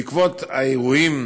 בעקבות האירועים,